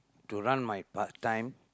to run my part-time